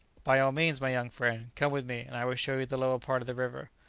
by all means, my young friend come with me, and i will show you the lower part of the river.